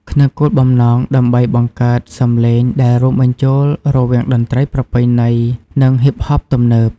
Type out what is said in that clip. ក្នុងគោលបំណងដើម្បីបង្កើតសម្លេងដែលរួមបញ្ចូលរវាងតន្ត្រីប្រពៃណីនិងហ៊ីបហបទំនើប។